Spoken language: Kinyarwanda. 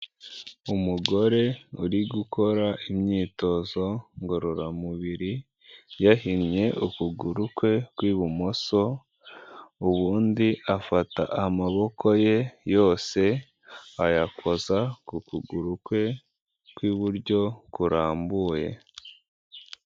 Umugore uri gukora imyitozo ngororamubiri yahinnye ukuguru kwe kw'ibumoso ubundi afata amaboko ye yose ayakoza ku kuguru kwe kw'iburyo kurambuye.